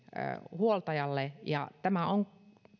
huoltajalle ja tämä on